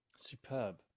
Superb